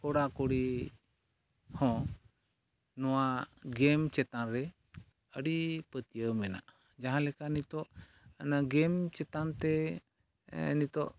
ᱠᱚᱲᱟ ᱠᱩᱲᱤ ᱦᱚᱸ ᱱᱚᱣᱟ ᱜᱮᱢ ᱪᱮᱛᱟᱱᱨᱮ ᱟᱹᱰᱤ ᱯᱟᱹᱛᱭᱟᱹᱣ ᱢᱮᱱᱟᱜᱼᱟ ᱡᱟᱦᱟᱸᱞᱮᱠᱟ ᱱᱤᱛᱳᱜ ᱚᱱᱟ ᱜᱮᱢ ᱪᱮᱛᱟᱱᱛᱮ ᱱᱤᱛᱳᱜ